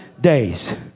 days